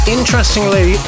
Interestingly